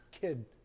kid